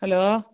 hello